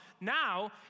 now